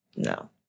No